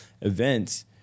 events